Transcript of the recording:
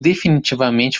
definitivamente